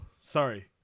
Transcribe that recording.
sorry